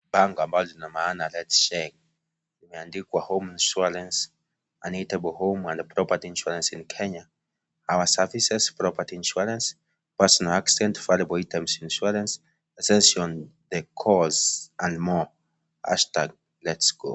Bango ambalo lina maana (cs)Letsheg(cs) limeandikwa (cs)Home insurance, unbeatable home and property insurance in Kenya, our services, property insurance, personal accident, valuable items insurance, extension the course and more, hashtag lets go(cs).